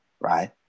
Right